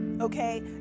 okay